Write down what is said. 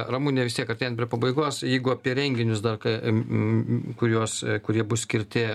ramune vis tiek artėjant prie pabaigos jeigu apie renginius dar ką kuriuos kurie bus skirti